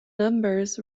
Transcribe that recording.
numbers